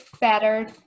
better